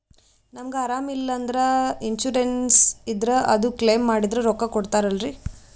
ನಮಗ ಅರಾಮ ಇಲ್ಲಂದ್ರ ಇನ್ಸೂರೆನ್ಸ್ ಇದ್ರ ಅದು ಕ್ಲೈಮ ಮಾಡಿದ್ರ ರೊಕ್ಕ ಕೊಡ್ತಾರಲ್ರಿ?